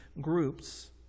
groups